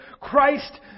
Christ